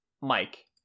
mike